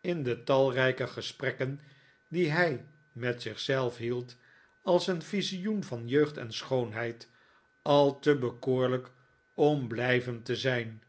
in de talrijke gesprekken die hij met zich zelf hield als een visioen van jeugd en schoonheid al te bekoorlijk om blijvend te zijn